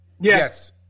Yes